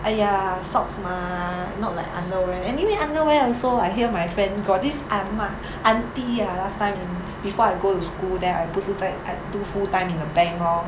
!aiya! socks mah not like underwear anyway underwear also I hear my friend got this ah ma auntie ah last time in before I go to school then I 不是在 I do full time in the bank lor